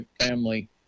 family